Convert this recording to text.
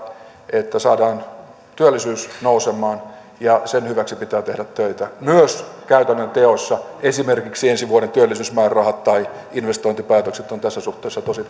että saadaan työllisyys nousemaan ja sen hyväksi pitää tehdä töitä myös käytännön teoissa esimerkiksi ensi vuoden työllisyysmäärärahat tai investointipäätökset ovat tässä suhteessa tosi